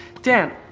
dan,